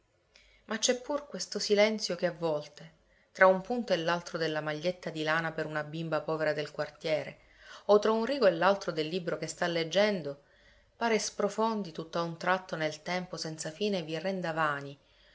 ma c'è pur questo silenzio che a volte tra un punto e l'altro della maglietta di lana per una bimba povera del quartiere o tra un rigo e l'altro del libro che sta leggendo pare sprofondi tutt'a un tratto nel tempo senza fine e vi renda vani